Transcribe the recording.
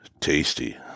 tasty